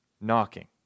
knocking